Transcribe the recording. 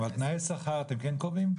אבל תנאי שכר אתם כן קובעים?